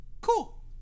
Cool